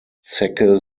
zecke